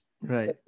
right